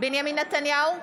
בנימין נתניהו,